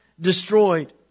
destroyed